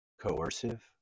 coercive